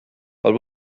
but